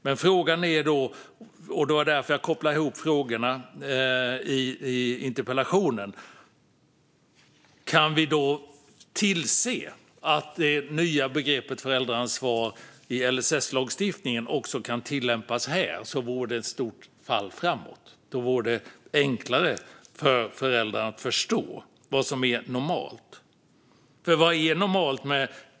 Men frågan är - det var därför jag kopplade ihop frågorna i interpellationen - om vi då kan tillse att det nya begreppet föräldraansvar i LSS också kan tillämpas här? Det vore ett stort fall framåt. Det skulle då bli enklare för föräldrarna att förstå vad som är normalt. Vad är normalt?